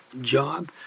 job